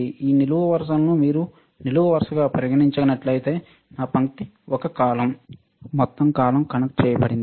ఈ నిలువు వరుసను మీరు నిలువు వరుసగా పరిగణించినట్లయితే నా పంక్తి ఒక కాలమ్ మొత్తం కాలమ్ కనెక్ట్ చేయబడింది